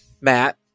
matt